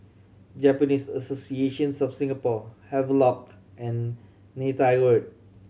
Japanese Association of Singapore Havelock and Neythai Road